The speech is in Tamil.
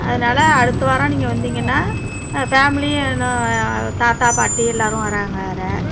அதனால அடுத்த வாரம் நீங்கள் வந்தீங்கனா ஃபேமிலின்னா தாத்தா பாட்டி எல்லாரும் வராங்க வேறு